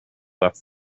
left